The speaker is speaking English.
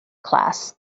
class